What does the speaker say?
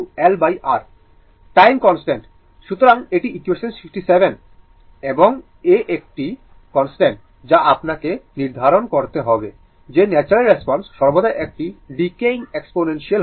সুতরাং τ LR time constant ধরুন এটি ইকুয়েসান 67 এবং a একটি কনস্ট্যান্ট যা আপনাকে নির্ধারণ করতে হবে যে ন্যাচারাল রেসপন্স সর্বদা একটি ডিক্যায়িং এক্সপোনেনশিয়াল হয়